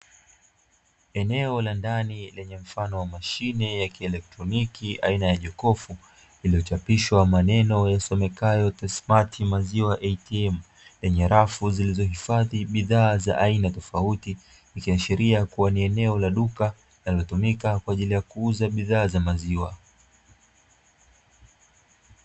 Eneo la ndani lenye mfano wa mashine ya kielektroniki aina ya jokofu iliyochapishwa maneno yasomekayo "tasimati maziwa ATM", yenye rafu zilizo hifadhi bidhaa za aina tofauti, ikiashiria kua ni eneo la duka linalotumika kwa ajili ya kuuza bidhaa za maziwa.